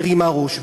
האלימות מרימה ראש.